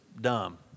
dumb